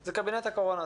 זה קבינט הקורונה.